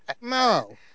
No